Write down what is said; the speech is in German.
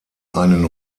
einen